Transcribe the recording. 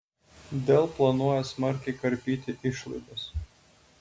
dell planuoja smarkiai karpyti išlaidas